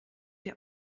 der